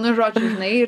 nu žodžiu žinai ir